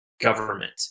government